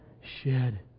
shed